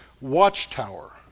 watchtower